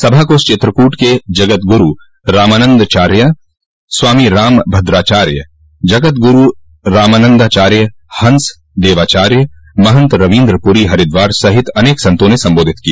सभा को चित्रकूट के जगतगुरू रामानंदाचार्य स्वामी राम भदाचार्य जगतगुरू रामानंदाचार्य हंस देवाचार्य महंत रविन्द्रपुरी हरिद्वार सहित अनेक संतों ने सम्बोधित किया